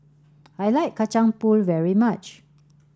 I like Kacang Pool very much